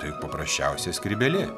tai juk paprasčiausia skrybėlė